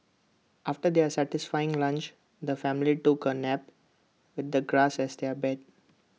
after their satisfying lunch the family took A nap with the grass as their bed